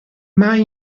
mai